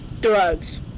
drugs